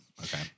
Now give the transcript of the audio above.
Okay